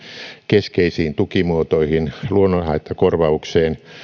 keskeisiin tukimuotoihin luonnonhaittakorvaukseen